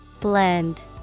Blend